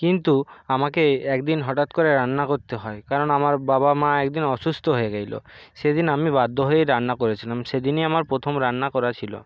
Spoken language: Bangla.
কিন্তু আমাকে এক দিন হটাৎ করে রান্না করতে হয় কারণ আমার বাবা মা এক দিন অসুস্থ হয়ে গেছিলো সেদিন আমি বাধ্য হয়ে রান্না করেছিলাম সেদিনই আমার প্রথম রান্না করা ছিলো